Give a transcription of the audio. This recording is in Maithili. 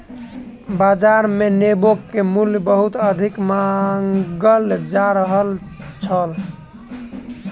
बाजार मे नेबो के मूल्य बहुत अधिक मांगल जा रहल छल